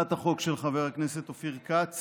הצעת החוק של חבר הכנסת אופיר כץ